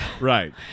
Right